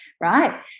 Right